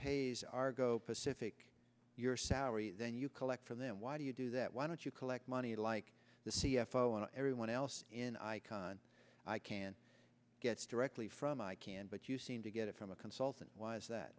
as our go pacific your salary then you collect for then why do you do that why don't you collect money like the c f o and everyone else in icon i can get directly from i can but you seem to get it from a consultant was that